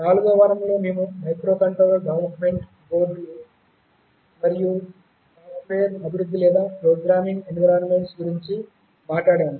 4వ వారంలో మేము మైక్రోకంట్రోలర్ డెవలప్మెంట్ బోర్డులు మరియు సాఫ్ట్వేర్ అభివృద్ధి లేదా ప్రోగ్రామింగ్ ఎన్విరాన్మెంట్ల గురించి మాట్లాడాము